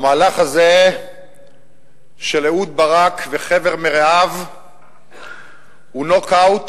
המהלך הזה של אהוד ברק וחבר מרעיו הוא נוק-אאוט